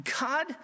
God